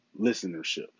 listenership